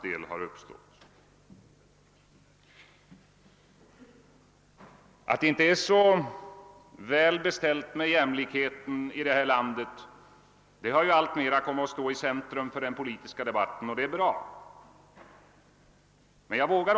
Det förhållandet att det inte är så väl beställt med jämlikheten i vårt land har alltmer kommit att stå i centrum för den politiska debatten, och det är bra. Jag vågar.